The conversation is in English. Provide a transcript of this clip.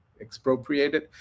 expropriated